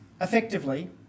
effectively